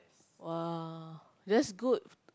!wah! that's good